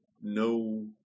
no